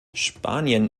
spanien